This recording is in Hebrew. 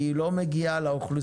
כי היא לא מגיעה לאוכלוסיות